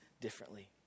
differently